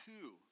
two